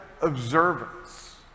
observance